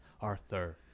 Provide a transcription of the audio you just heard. Arthur